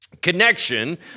Connection